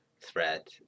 threat